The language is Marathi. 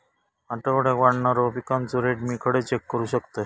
आठवड्याक वाढणारो पिकांचो रेट मी खडे चेक करू शकतय?